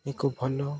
ଏକ ଭଲ